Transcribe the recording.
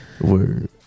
Word